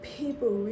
people